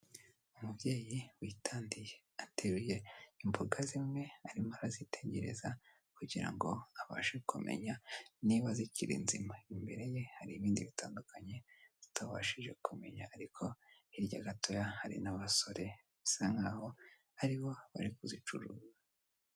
Umubyeyi witadiye. Ateruye imboga zimwe arimo arazitegereza, kugira ngo abashe kumenya niba zikiri nzima. Imbere ye hari ibindi bitandukanye, tutabashije kumenya, ariko hirya gatoya hari n'abasore, bisa nk'aho aribo bari kuzicuruza.